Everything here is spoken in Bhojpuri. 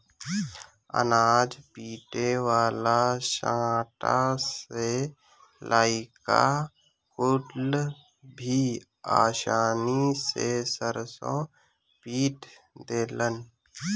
अनाज पीटे वाला सांटा से लईका कुल भी आसानी से सरसों पीट देलन